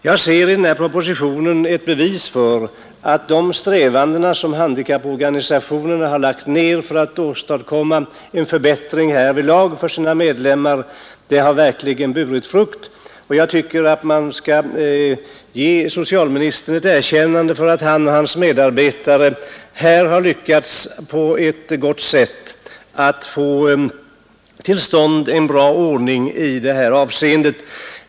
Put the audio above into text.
Jag ser i denna proposition ett bevis för att handikapporganisa tionernas strävanden att åstadkomma en förbättring härvidlag för sina medlemmar verkligen burit frukt. Jag tycker att vi bör ge socialministern ett erkännande för att han och hans medarbetare här har lyckats på ett utmärkt sätt få till stånd en bra ordning i detta avseende.